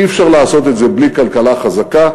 אי-אפשר לעשות את זה בלי כלכלה חזקה,